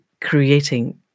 creating